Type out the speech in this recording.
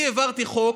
אני העברתי חוק,